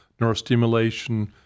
neurostimulation